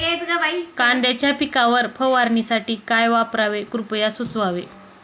कांद्यांच्या पिकावर फवारणीसाठी काय करावे कृपया सुचवावे